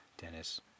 Dennis